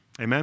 Amen